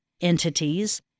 entities